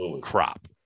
crop